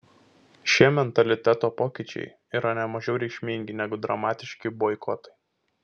šie mentaliteto pokyčiai yra ne mažiau reikšmingi negu dramatiški boikotai